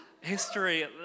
History